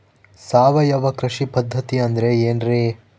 ಸಾವಯವ ಕೃಷಿ ಪದ್ಧತಿ ಅಂದ್ರೆ ಏನ್ರಿ?